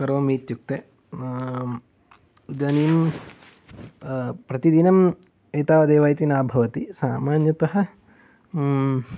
करोमि इत्युक्ते इदानिं प्रतिदिनम् एतावत् इति न भवति सामान्यतः